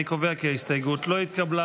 אני קובע כי ההסתייגות לא התקבלה.